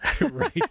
Right